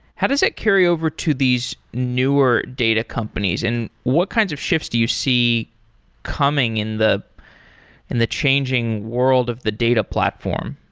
how does that carryover to these newer data companies and what kinds of shifts do you see coming in the and the changing world of the data platform?